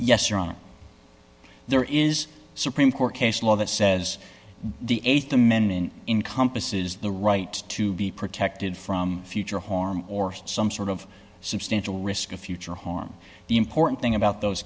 yes or on there is supreme court case law that says the th amendment in compass is the right to be protected from future harm or some sort of substantial risk of future harm the important thing about those